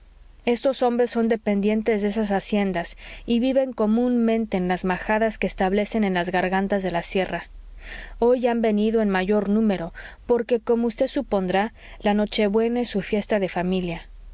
estos hombres son dependientes de esas haciendas y viven comúnmente en las majadas que establecen en las gargantas de la sierra hoy han venido en mayor número porque como vd supondrá la nochebuena es su fiesta de familia